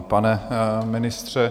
Pane ministře...